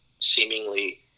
seemingly